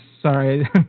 sorry